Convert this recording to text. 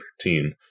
team